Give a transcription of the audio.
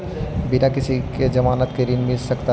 बिना किसी के ज़मानत के ऋण मिल सकता है?